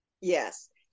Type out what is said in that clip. yes